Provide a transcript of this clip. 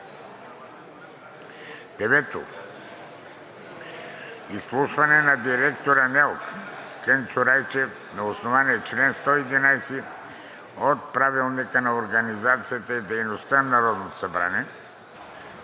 г. 9. Изслушване на директора на НЕЛК Кънчо Райчев на основание чл. 111 от Правилника за организацията и дейността на Народното събрание